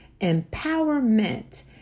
empowerment